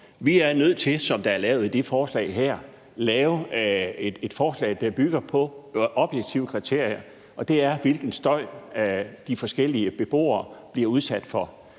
Vi er nødt til – sådan som det er lavet i det forslag her – at lave et forslag, der bygger på objektive kriterier, og det handler om, hvilken støj de forskellige beboere bliver udsat for.